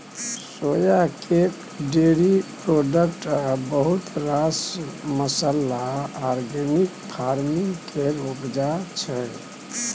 सोया cake, dairy product आ बहुत रास मसल्ला आर्गेनिक फार्मिंग केर उपजा छै